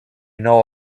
know